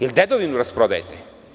Jel dedovinu rasprodajete?